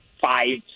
five